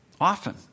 Often